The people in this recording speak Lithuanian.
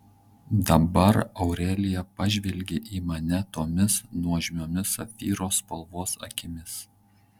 dabar aurelija pažvelgė į mane tomis nuožmiomis safyro spalvos akimis